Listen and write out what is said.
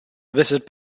visit